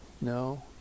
No